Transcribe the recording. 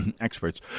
experts